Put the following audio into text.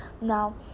Now